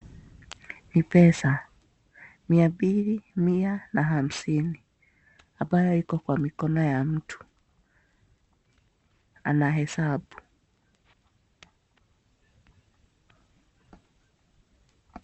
Ni pesa mia mbili, mia na hamsini ambayo iko kwa mikono ya mtu, anahesabu.